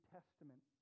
Testament